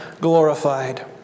glorified